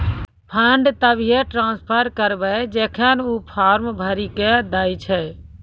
fund तभिये transfer करऽ जेखन ऊ फॉर्म भरऽ के दै छै